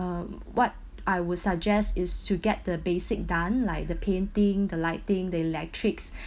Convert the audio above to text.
um what I would suggest is to get the basic done like the painting the lighting the electrics